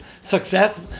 success